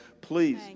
Please